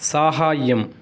साहाय्यम्